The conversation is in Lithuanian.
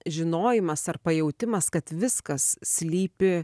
žinojimas ar pajautimas kad viskas slypi